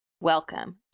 Welcome